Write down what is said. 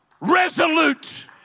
resolute